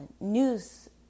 news